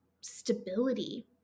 stability